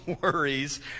worries